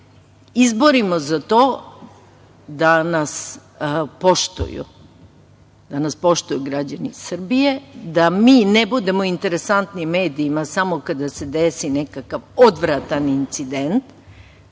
izborimo za to da nas poštuju građani Srbije, da mi ne budemo interesantni medijima samo kada se desi nekakav odvratan incident,